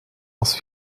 als